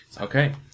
Okay